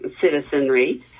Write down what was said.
citizenry